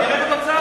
תראה את התוצאה.